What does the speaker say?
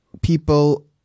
people